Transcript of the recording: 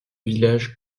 village